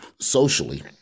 socially